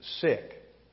sick